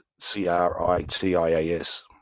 c-r-i-t-i-a-s